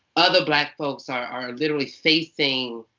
other black folks are literally facing,